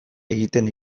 egiten